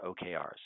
OKRs